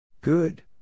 Good